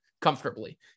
comfortably